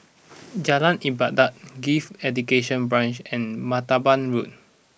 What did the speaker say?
Jalan Ibadat Gifted Education Branch and Martaban Road